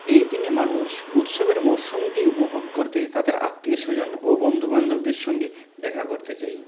এই দিনে মানুষ উৎসবের মরশুমটি উপভোগ করতে তাদের আত্মীয়স্বজন ও বন্ধুবান্ধবদের সঙ্গে দেখা করতে যায়